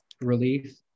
relief